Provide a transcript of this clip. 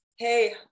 hey